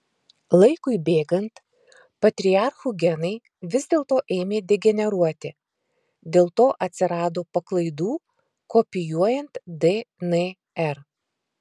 laikui bėgant patriarchų genai vis dėlto ėmė degeneruoti dėl to atsirado paklaidų kopijuojant dnr